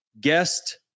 Guest